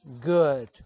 good